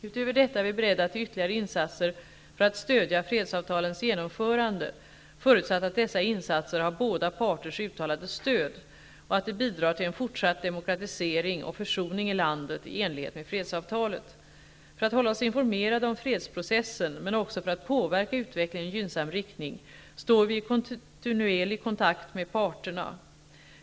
Utöver detta är vi beredda till ytterligare insatser för att stödja fredsavtalens genomförande, förutsatt att dessa insatser har båda parters uttalade stöd och att de bidrar till en fortsatt demokratisering och försoning i landet i enlighet med fredsavtalet. För att hålla oss informerade om fredsprocessen, men också för att påverka utvecklingen i gynnsam riktning, står vi i kontinuerlig kontakt med parterna.